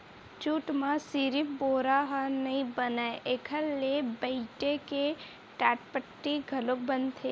jute म सिरिफ बोरा ह नइ बनय एखर ले बइटे के टाटपट्टी घलोक बनथे